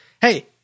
hey